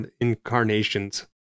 incarnations